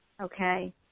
okay